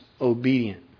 obedient